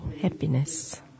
happiness